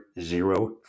zero